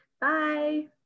Bye